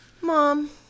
Mom